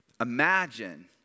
imagine